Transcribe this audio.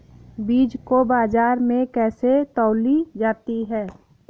बीज को बाजार में कैसे तौली जाती है?